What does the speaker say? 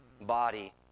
body